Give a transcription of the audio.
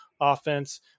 offense